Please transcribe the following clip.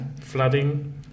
Flooding